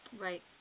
right